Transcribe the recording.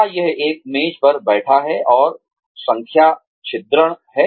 क्या यह एक मेज पर बैठा है और संख्या छिद्रण है